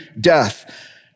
death